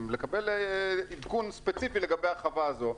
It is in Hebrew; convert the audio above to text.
לקבל עדכון ספציפי לגבי החווה הזאת,